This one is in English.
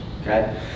okay